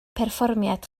perfformiad